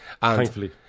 Thankfully